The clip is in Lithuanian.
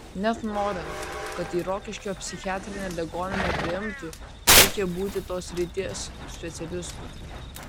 net norint kad į rokiškio psichiatrinę ligoninę priimtų reikia būti tos srities specialistu